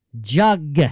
Jug